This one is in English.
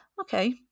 okay